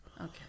Okay